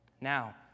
Now